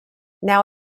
now